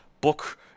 book